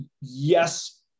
yes